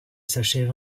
s’achève